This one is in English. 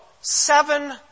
seven